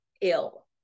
ill